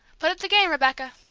put up the game, rebecca!